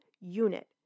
unit